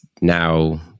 now